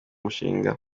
mushinga